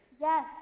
Yes